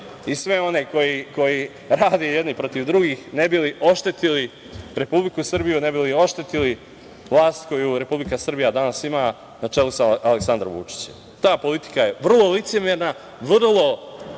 i sve one koji rade jedni protiv drugih, ne bi li oštetili Republiku Srbiju, ne bi li oštetili vlast koju Republika Srbija danas ima, na čelu sa Aleksandrom Vučićem. Ta politika je vrlo licemerna, vrlo